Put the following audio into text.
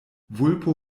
vulpo